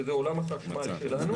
שזה עולם החשמל שלנו,